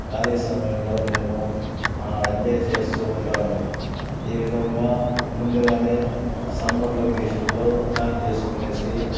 ఖాళీ సమయంలో మేము ఎంజాయ్ చేస్తూ ఉంటాము ఈ విధంగా ముందుగానే సమ్మర్ లొకేషన్లో ప్లాన్ చేసుకొనేసి